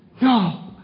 No